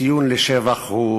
ציון לשבח הוא